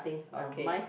okay